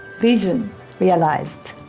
vision realised.